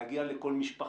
להגיע כל משפחה,